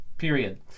period